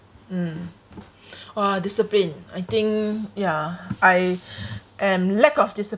mm !wah! discipline I think yeah I am lack of discipline